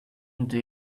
into